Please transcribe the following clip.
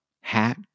hat